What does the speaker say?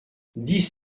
dix